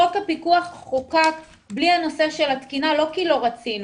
חוק הפיקוח חוקק בלי הנושא של התקינה לא כי לא רצינו,